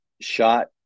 Shot